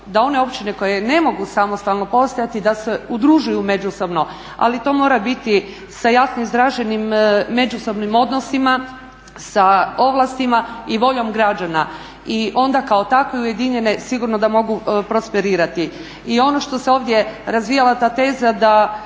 da one općine koje ne mogu samostalno postojati da se udružuju međusobno, ali to mora biti sa jasno izraženim međusobnim odnosima, sa ovlastima i voljom građana. I onda kao takve ujedinjene sigurno da mogu prosperirati. I ono što se ovdje razvijala ta teza da